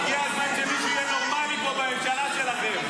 הגיע הזמן שמישהו פה יהיה נורמלי בממשלה שלכם.